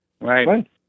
Right